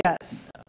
Yes